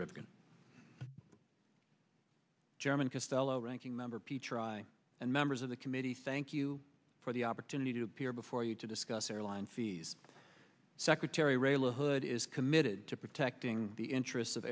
ripken german castello ranking member p try and members of the committee thank you for the opportunity to appear before you to discuss airline fees secretary ray la hood is committed to protecting the interests of